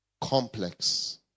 complex